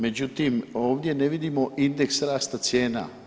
Međutim, ovdje ne vidimo indeks rasta cijena.